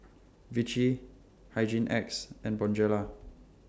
Vichy Hygin X and Bonjela